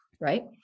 right